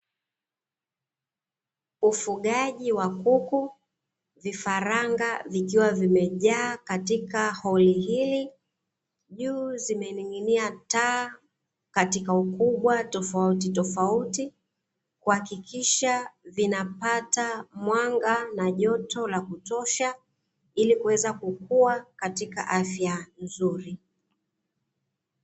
Ufugaji wa kuku, vifaranga vikiwa vimejaa katika holi hili juu zimening'inia taa katika ukubwa tofautitofauti, kuhakikisha vinapata mwanga na joto la kutosha ili kuweza kukua katika afya nzuri.